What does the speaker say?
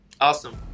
Awesome